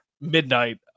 midnight